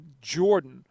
Jordan